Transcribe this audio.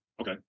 okay